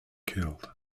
killed